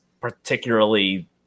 particularly